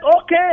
okay